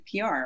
PR